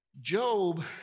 Job